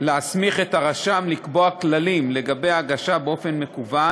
להסמיך את הרשם לקבוע כללים לגבי ההגשה באופן מקוון.